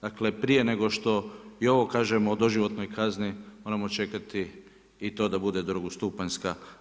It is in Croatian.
Dakle, i prije nego što i ovo kažem o doživotnoj kazni, moramo čekati i to da bude drugostupanjska.